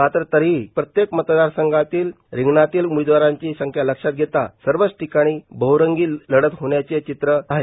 मात्र तरी प्रत्येक मतदारसंघातील रिंगणातील उमेदवारांची संख्या घेता सर्वच ठिकाणी बहुरंगी लढत होण्याचे चित्र आहेत